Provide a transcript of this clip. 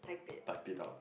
type it out